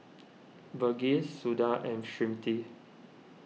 Verghese Suda and Smriti